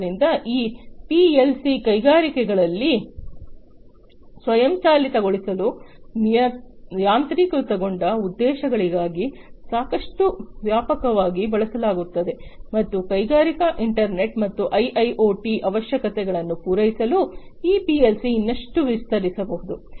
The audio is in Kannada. ಆದ್ದರಿಂದ ಈ ಪಿಎಲ್ಸಿಯನ್ನು ಕೈಗಾರಿಕೆಗಳಲ್ಲಿ ಸ್ವಯಂಚಾಲಿತಗೊಳಿಸಲು ಯಾಂತ್ರೀಕೃತಗೊಂಡ ಉದ್ದೇಶಗಳಿಗಾಗಿ ಸಾಕಷ್ಟು ವ್ಯಾಪಕವಾಗಿ ಬಳಸಲಾಗುತ್ತದೆ ಮತ್ತು ಕೈಗಾರಿಕಾ ಇಂಟರ್ನೆಟ್ ಮತ್ತು ಐಐಒಟಿ ಅವಶ್ಯಕತೆಗಳನ್ನು ಪೂರೈಸಲು ಈ ಪಿಎಲ್ಸಿಯನ್ನು ಇನ್ನಷ್ಟು ವಿಸ್ತರಿಸಬಹುದು